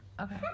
Okay